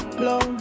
blow